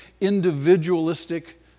individualistic